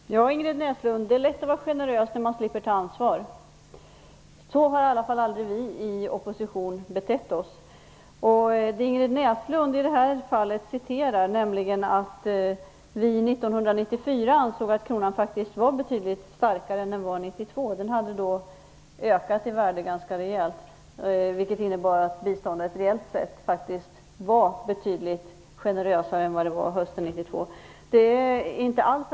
Herr talman! Ja, Ingrid Näslund, det är lätt att vara generös när man slipper ansvaret. Så har i alla fall inte vi betett oss i opposition. Ingrid Näslund tog upp att vi 1994 ansåg att kronan var betydligt starkare än den var 1992. Kronan hade då ökat ganska rejält, vilket innebar att biståndet reellt sett faktiskt var betydligt generösare än vad det var under hösten 1992.